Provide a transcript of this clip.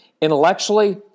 Intellectually